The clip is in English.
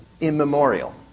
immemorial